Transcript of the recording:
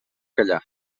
callar